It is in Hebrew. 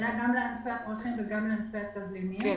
זה היה גם לענפי הפרחים וגם לענפי התבלינים -- כן,